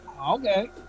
Okay